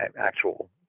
actual